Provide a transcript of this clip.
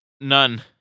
None